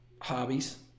hobbies